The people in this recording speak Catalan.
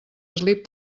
eslip